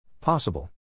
Possible